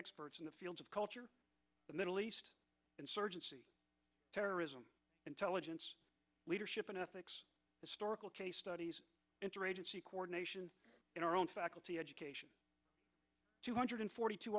experts in the field of culture the middle east insurgency terrorism intelligence leadership and ethics historical case studies interagency coordination in our own faculty education two hundred forty two